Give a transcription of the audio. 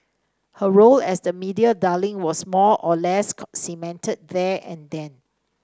her role as the media darling was more or less cemented there and then